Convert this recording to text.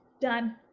done